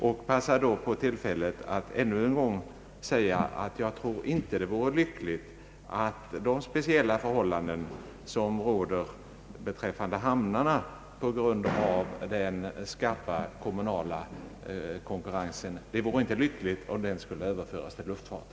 Jag passar då på tillfället att ännu en gång säga, att jag inte tror att det vore lyckligt att de speciella förhållanden som råder beträffande hamnarna på grund av den starka kommunala konkurrensen skulle överföras till luftfarten.